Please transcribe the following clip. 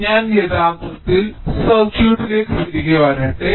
ഞാൻ യഥാർത്ഥ സർക്യൂട്ടിലേക്ക് തിരികെ വരട്ടെ